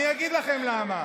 אז עכשיו היא גם ברחה.